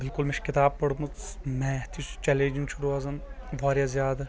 بِلکُل مےٚ چھ کتاب پٔرمٕژ میتھ یُس چلینجِنگ چھ روزان واریاہ زیٛادٕ